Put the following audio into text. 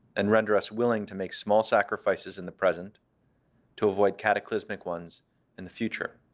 and render us willing to make small sacrifices in the present to avoid cataclysmic ones in the future.